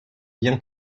bien